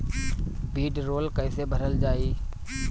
वीडरौल कैसे भरल जाइ?